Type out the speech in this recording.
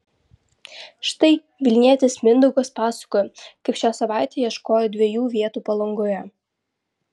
štai vilnietis mindaugas pasakoja kaip šią savaitę ieškojo dviejų vietų palangoje